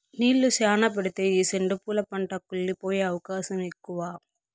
నీళ్ళు శ్యానా పెడితే ఈ సెండు పూల పంట కుళ్లి పోయే అవకాశం ఎక్కువ